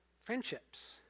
friendships